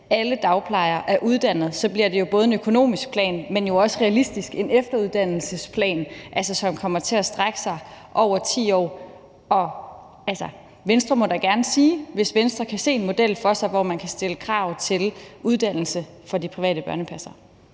alle dagplejere er uddannet, tror jeg, at der bliver tale om en økonomisk plan, men jo realistisk også en efteruddannelsesplan, som kommer til at strække sig over 10 år. Venstre må da gerne sige, hvis Venstre kan se en model for sig, hvor man kan stille krav til uddannelse for de private børnepassere.